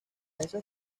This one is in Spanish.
esas